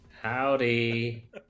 Howdy